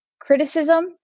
criticism